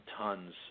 tons